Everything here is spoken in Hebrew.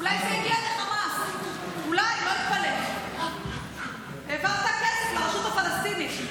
תביא לי מידע על החטופים, אתה והחברים שלך ברש"פ,